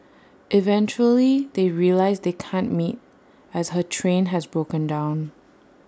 eventually they realise they can't meet as her train has broken down